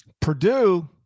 Purdue